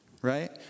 Right